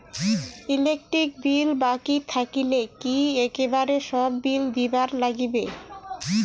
Electric bill বাকি থাকিলে কি একেবারে সব বিলে দিবার নাগিবে?